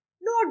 no